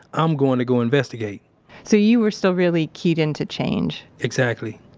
i'm going to go investigate so, you were still really keyed into change exactly.